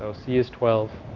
so c is twelve,